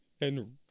And-